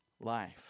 life